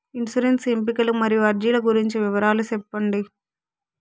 insurance ఎంపికలు మరియు అర్జీల గురించి వివరాలు సెప్పండి